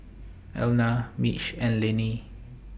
Elna Mitch and Lenny